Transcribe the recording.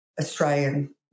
Australian